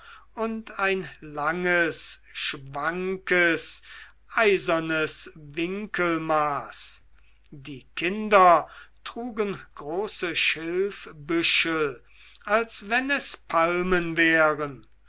und ein langes schwankes eisernes winkelmaß die kinder trugen große schilfbüschel als wenn es palmen wären